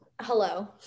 hello